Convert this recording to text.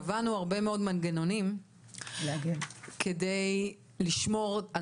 קבענו הרבה מאוד מנגנונים כדי לשמור על